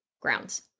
grounds